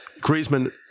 Griezmann